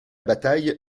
bataille